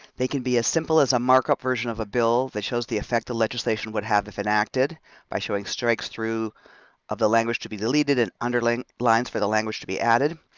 they can be as simple as a markup version of a bill that shows the effect the legislation would have if enacted by showing strikes through of the language to be deleted adn and underlying lines for the language to be added.